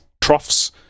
troughs